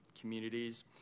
communities